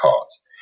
cause